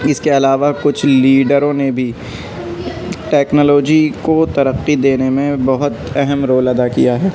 اس کے علاوہ کچھ لیڈروں نے بھی ٹیکنالوجی کو ترقی دینے میں بہت اہم رول ادا کیا ہے